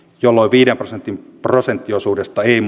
jolloin viiden prosentin prosenttiosuudesta ei